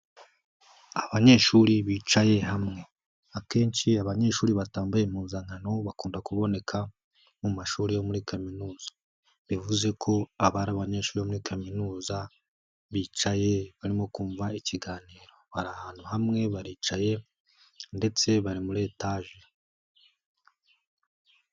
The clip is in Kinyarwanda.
Abanyeshuri bicaye hamwe, akenshi abanyeshuri batambaye impuzankano bakunda kuboneka mu mashuri yo muri kaminuza, bivuze ko abari abanyeshuri bo muri kaminuza bicaye barimo kumva ikiganiro, hari abantu bamwe baricaye ndetse bari muri etaje.